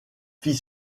fit